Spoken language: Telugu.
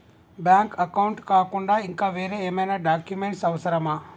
బ్యాంక్ అకౌంట్ కాకుండా ఇంకా వేరే ఏమైనా డాక్యుమెంట్స్ అవసరమా?